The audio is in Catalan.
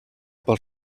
pel